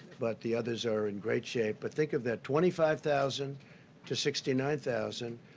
but the others are in great shape. but think of that. twenty five thousand to sixty nine thousand.